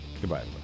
Goodbye